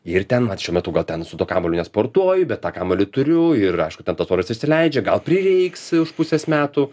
ir ten vat šiuo metu gal ten su tuo kamuoliu nesportuoji bet tą kamuolį turiu ir aišku ten tas oras išsileidžia gal prireiks už pusės metų